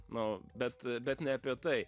nu bet bet ne apie tai